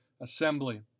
assembly